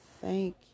Thank